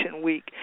Week